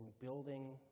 building